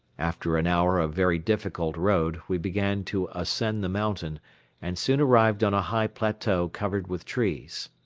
after an hour of very difficult road we began to ascend the mountain and soon arrived on a high plateau covered with trees.